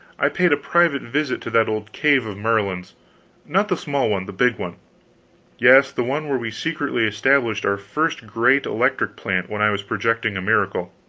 i paid a private visit to that old cave of merlin's not the small one the big one yes, the one where we secretly established our first great electric plant when i was projecting a miracle.